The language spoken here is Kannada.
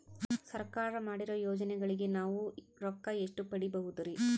ಸರ್ಕಾರ ಮಾಡಿರೋ ಯೋಜನೆಗಳಿಗೆ ನಾವು ರೊಕ್ಕ ಎಷ್ಟು ಪಡೀಬಹುದುರಿ?